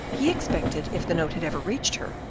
he expected, if the note had ever reached her,